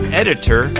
editor